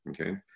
okay